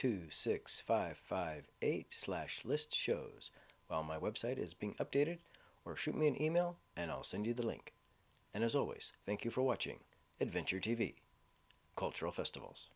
two six five five eight slash list shows well my website is being updated or shoot me an email and i'll send you the link and as always thank you for watching adventure t v cultural festivals